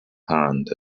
hand